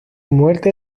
muerte